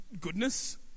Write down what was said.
goodness